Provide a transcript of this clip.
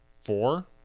four